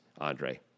Andre